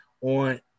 on